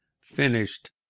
Finished